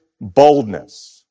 boldness